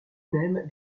même